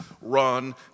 run